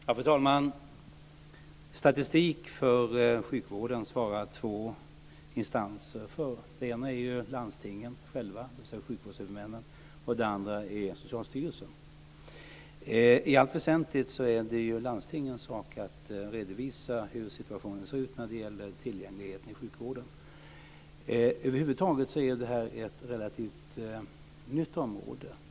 Fru talman! Statistik för sjukvården svarar två instanser för. Den ena är landstingen själva, dvs. sjukvårdshuvudmännen, och den andra är Socialstyrelsen. I allt väsentligt är det landstingens sak att redovisa hur situationen ser ut när det gäller tillgängligheten i sjukvården. Över huvud taget är det här ett relativt nytt område.